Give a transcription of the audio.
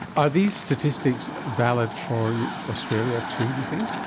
are these statistics valid for australia too, do you think?